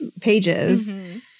pages